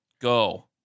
Go